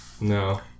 No